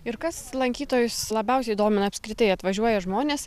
ir kas lankytojus labiausiai domina apskritai atvažiuoja žmonės